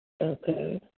Okay